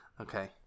Okay